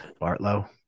Bartlow